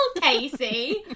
Casey